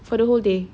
for the whole day